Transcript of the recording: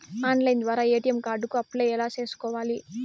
Online ద్వారా ATM card కు apply ఎట్లా సేసుకోవాలి?